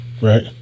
Right